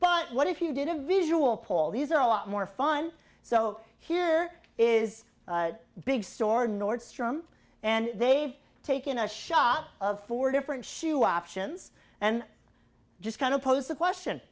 but what if you did a visual paul these are a lot more fun so here is big store nordstrom and they've taken a shop of four different shoe options and just kind of posed the question